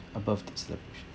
above